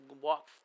walk